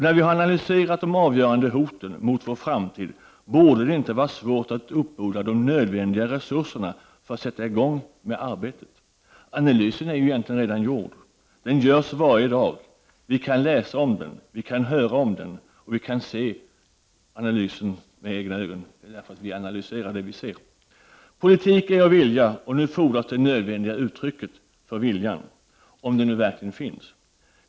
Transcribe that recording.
När vi har analyserat de avgörande hoten mot vår framtid borde det inte vara svårt att uppbåda de nödvändiga resurserna för att sätta i gång med arbetet. Analysen är egentligen redan gjord. Den görs varje dag. Vi kan läsa om den, vi kan höra om den och vi kan med egna ögon se vad som sker och analysera det vi ser. Politik är att vilja, och nu fordras det nödvändiga uttrycket för viljan, dvs. om denna vilja verkligen finns.